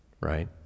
right